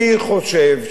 חושב שזה דבר,